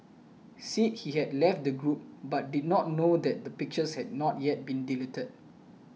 said he had left the group but did not know that the pictures had not yet been deleted